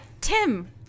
Tim